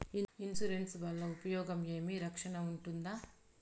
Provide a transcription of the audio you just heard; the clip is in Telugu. ఇన్సూరెన్సు వల్ల ఉపయోగం ఏమి? రక్షణ ఉంటుందా?